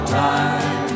time